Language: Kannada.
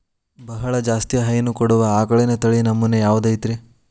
ಬಹಳ ಜಾಸ್ತಿ ಹೈನು ಕೊಡುವ ಆಕಳಿನ ತಳಿ ನಮೂನೆ ಯಾವ್ದ ಐತ್ರಿ?